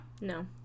No